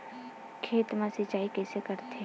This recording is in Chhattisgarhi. खेत मा सिंचाई कइसे करथे?